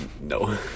No